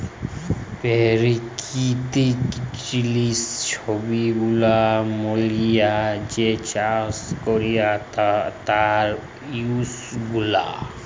পেরাকিতিক জিলিস ছব গুলা মিলাঁয় যে চাষ ক্যরে তার ইস্যু গুলা